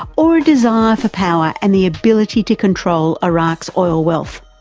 or a desire for power and the ability to control iraq's oil wealth?